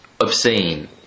obscene